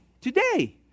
today